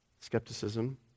skepticism